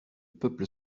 peuple